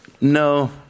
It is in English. No